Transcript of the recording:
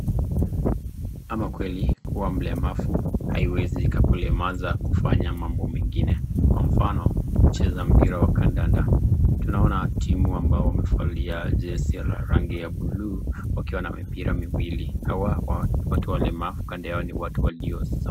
Ama kweli kuwa mlemavu haiwezi ikakulemaza kufanya mambo mengine kw mfano kucheza mpira wa kandanda. Tunaona timu ambao wamevalia jezi ya rangi ya buluu wakiwa na mipira miwili, hawa watu walemavu kando yao ni watu walio sawa.